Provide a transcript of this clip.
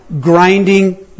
grinding